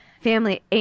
family